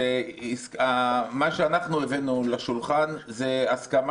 --- מה שאנחנו הבאנו לשולחן זו הסכמה